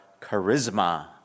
charisma